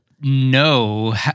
No